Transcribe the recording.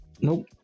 Nope